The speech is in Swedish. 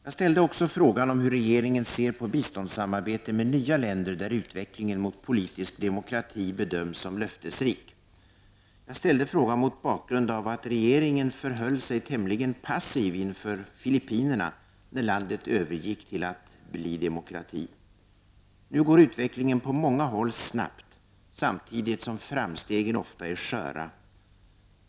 Jag ställde också frågan om hur regeringen ser på biståndssamarbete med nya länder där utvecklingen mot politisk demokrati bedöms som löftesrik. Jag ställde frågan mot bakgrund av att regeringen förhöll sig tämligen passiv inför Filippinerna när landet övergick till att bli demokrati. Nu går utvecklingen på många håll snabbt samtidigt som framstegen ofta är sköra.